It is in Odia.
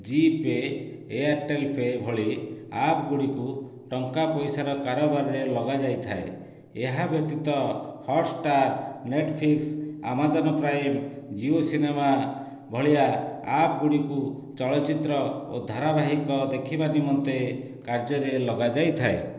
ଜିପେ' ଏୟାରଟେଲ୍ ପେ' ଭଳି ଆପ୍ ଗୁଡ଼ିକୁ ଟଙ୍କା ପଇସାର କାରୋବାରରେ ଲଗା ଯାଇଥାଏ ଏହା ବ୍ୟତୀତ Hotstar Netflix Amazon Prime Jio cinema ଭଳିଆ ଆପ୍ ଗୁଡ଼ିକୁ ଚଳଚ୍ଚିତ୍ର ଓ ଧାରାବାହିକ ଦେଖିବା ବିମୁକ୍ତେ କାର୍ଯ୍ୟରେ ଲଗା ଯାଇଥାଏ